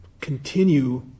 continue